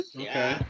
Okay